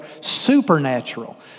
supernatural